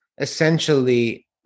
essentially